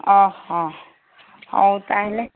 ଅ ହଉ ତା'ହେଲେ